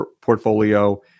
portfolio